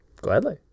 Gladly